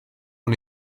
von